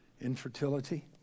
infertility